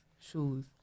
shoes